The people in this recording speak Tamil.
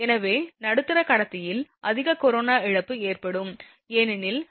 எனவே நடுத்தர கடத்தியில் அதிக கொரோனா இழப்பு ஏற்படும் ஏனெனில் வித்தியாசம் Vn V0